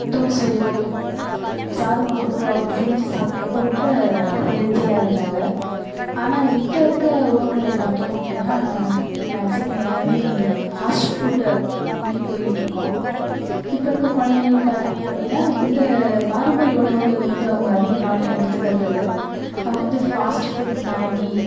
தோசையோ சாதமாகவோ அவங்க செஞ்சி சாப்பிட்றப்ப ரொம்ப ஹெல்த்தியாக இருந்தாங்க ஆனால் இப்போ இருக்கற உணவு முறை பார்த்தோம் அப்படின்னா மேக்ஸிமம் எல்லோருமே ஃபாஸ்ட் ஃபுட்டை நோக்கி போயிகிட்டிருக்கோம் இப்போ இருக்கற குழந்தைங்களும் பார்த்திங்க அப்படின்னா இந்த பாரம்பரிய உணவுகளில் வந்து அவங்க அதிக நாட்டம் எடுத்துக்கிறதில்லை அவங்க வந்து ஃபாஸ்ட் ஃபுட் மேகி